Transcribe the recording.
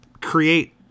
create